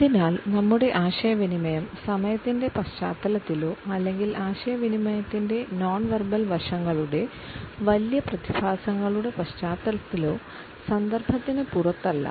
അതിനാൽ നമ്മുടെ ആശയവിനിമയം സമയത്തിന്റെ പശ്ചാത്തലത്തിലോ അല്ലെങ്കിൽ ആശയവിനിമയത്തിന്റെ നോൺ വെർബൽ വശങ്ങളുടെ വലിയ പ്രതിഭാസങ്ങളുടെ പശ്ചാത്തലത്തിലോ സന്ദർഭത്തിന് പുറത്തല്ല